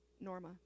Norma